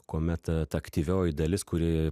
kuomet ta aktyvioji dalis kuri